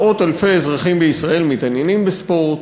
מאות אלפי אזרחים בישראל מתעניינים בספורט,